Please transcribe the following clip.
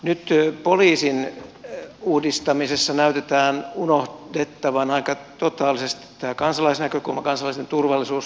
nyt poliisin uudistamisessa näkyy unohtuvan aika totaalisesti tämä kansalaisnäkökulma kansalaisen turvallisuus